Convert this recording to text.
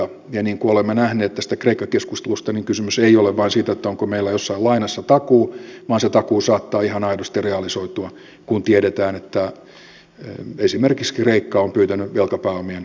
ja niin kuin olemme nähneet tästä kreikka keskustelusta kysymys ei ole vain siitä onko meillä jossain lainassa takuu vaan se takuu saattaa ihan aidosti realisoitua kun tiedetään että esimerkiksi kreikka on pyytänyt velkapääomien leikkaamista